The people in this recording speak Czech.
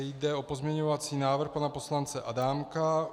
Jde o pozměňovací návrh pana poslance Adámka.